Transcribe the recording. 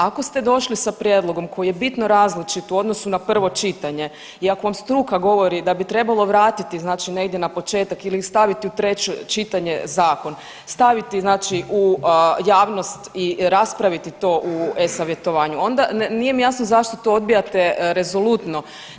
Ako ste došli sa prijedlogom koji je bitno različit u odnosu na prvo čitanje i ako vam struka govori da bi trebalo vratiti znači negdje na početak ili staviti u treće čitanje zakon, staviti znači u javnost i raspraviti to u e-Savjetovanju, onda, nije mi jasno zašto to odbijate rezolutno.